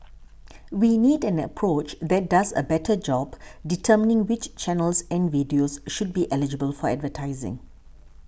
we need an approach that does a better job determining which channels and videos should be eligible for advertising